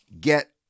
get